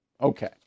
Okay